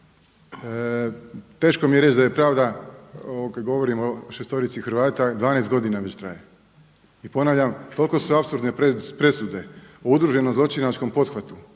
teško mi je reći da je pravda kada govorimo o šestorici Hrvata 12 godina već traje i ponavljam, toliko su apsurdne presude u udruženom zločinačkom pothvatu